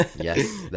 Yes